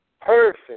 Perfect